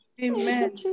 Amen